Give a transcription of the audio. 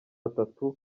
atatu